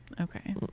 Okay